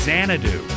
Xanadu